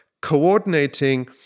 coordinating